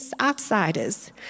outsiders